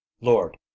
Lord